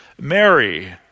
Mary